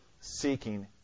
seeking